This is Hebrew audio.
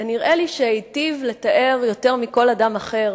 ונראה לי שהיטיב לתאר יותר מכל אדם אחר